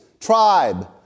tribe